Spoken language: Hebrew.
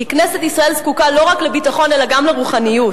כי כנסת ישראל זקוקה לא רק לביטחון אלא גם לרוחניות.